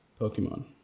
pokemon